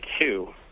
two